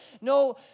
no